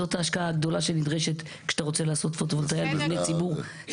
זאת ההשקעה הגדולה שנדרשת כשאתה רוצה לעשות פוטו-וולטאי על מבני ציבור.